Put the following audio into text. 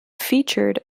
featured